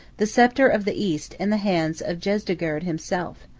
the sceptre of the east in the hands of jezdegerd himself.